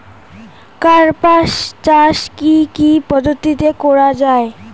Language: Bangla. কার্পাস চাষ কী কী পদ্ধতিতে করা য়ায়?